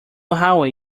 highway